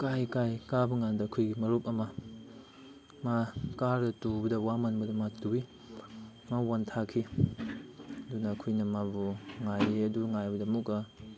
ꯀꯥꯏ ꯀꯥꯏ ꯀꯥꯕ ꯀꯥꯟꯗ ꯑꯩꯈꯣꯏꯒꯤ ꯃꯔꯨꯞ ꯑꯃ ꯃꯥ ꯀꯥꯔꯒ ꯇꯨꯕꯗ ꯋꯥꯃꯟꯕꯗ ꯃꯥ ꯇꯨꯏ ꯃꯥ ꯋꯥꯟꯊꯥꯈꯤ ꯑꯗꯨꯅ ꯑꯩꯈꯣꯏꯅ ꯃꯥꯕꯨ ꯉꯥꯏꯌꯦ ꯑꯗꯨ ꯉꯥꯏꯕꯗ ꯑꯃꯨꯛꯀ